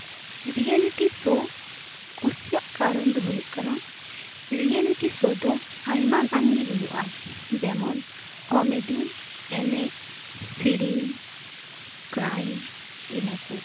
reality show ᱠᱩᱥᱤᱭᱟᱜ ᱠᱟᱨᱚᱱ ᱫᱚ ᱦᱩᱭᱩᱜ ᱠᱟᱱᱟ ᱨᱤᱭᱮᱞᱤᱴᱤ ᱥᱳ ᱫᱚ ᱟᱭᱢᱟ ᱜᱟᱱ ᱜᱮ ᱦᱩᱭᱩᱜᱼᱟ ᱡᱮᱢᱚᱱ ᱠᱚᱢᱮᱰᱤ ᱮᱱᱮᱡ ᱥᱮᱹᱨᱮᱹᱧ ᱠᱨᱟᱭᱤᱢ ᱤᱱᱟᱹ ᱠᱚ